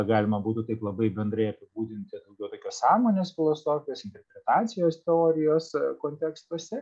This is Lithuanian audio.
galima būtų taip labai bendrai apibūdinti daugiau tokios sąmonės filosofijos interpretacijos teorijos kontekstuose